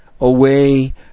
away